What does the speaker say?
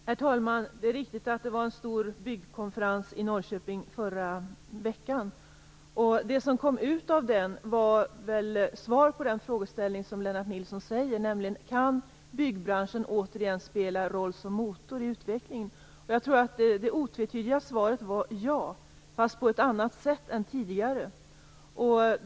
Herr talman! Det är riktigt att det var en stor byggkonferens i Norrköping i förra veckan. Det som kom ut av den var svar på Lennart Nilssons fråga, nämligen om byggbranschen igen kan spela rollen som motor i utvecklingen. Det otvetydiga svaret var ja, fastän på annat sätt än tidigare.